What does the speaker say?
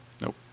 Nope